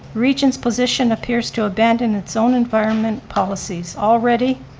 region's position appears to abandon its own environment policies already.